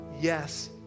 Yes